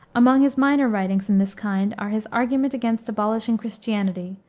among his minor writings in this kind are his argument against abolishing christianity,